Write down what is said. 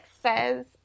says